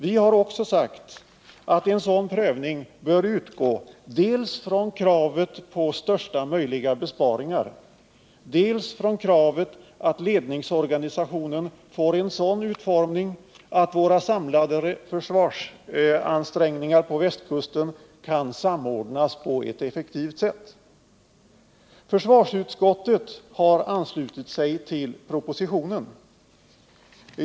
Vi har också sagt att en sådan prövning bör utgå dels från kravet på största möjliga besparingar, dels från kravet att ledningsorganisationen får en sådan utformning att våra samlade försvarsansträngningar på västkusten kan samordnas på ett effektivt sätt. Försvarsutskottet har anslutit sig till propositionen.